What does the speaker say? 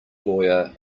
lawyer